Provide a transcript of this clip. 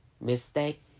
mistake